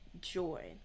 joy